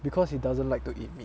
because he doesn't like to eat meat